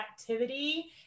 activity